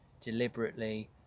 deliberately